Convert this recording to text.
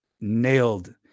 nailed